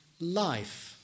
life